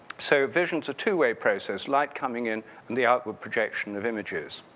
so, vision's a two-way process, light coming in and the outward projection of images.